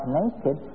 naked